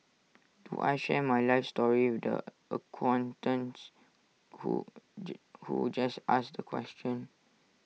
do I share my life story with the acquaintance who who just asked the question